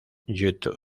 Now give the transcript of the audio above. youtube